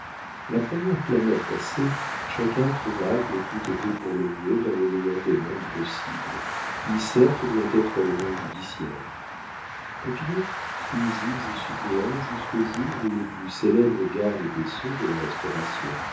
la première clameur passée chacun trouva que tout était pour le mieux dans le meilleur des mondes possibles qui certes doit être le monde judiciaire popinot fut juge-suppléant jusqu'au jour où le plus célèbre garde des sceaux de la restauration